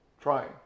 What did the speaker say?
trying